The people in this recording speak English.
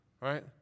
right